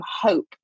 hope